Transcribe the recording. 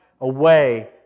away